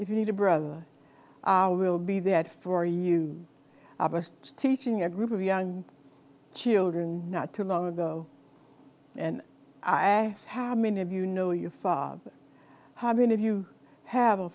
if you need a brother i will be that for you i was teaching a group of young children not too long ago and i asked how many of you know your father how many of you have a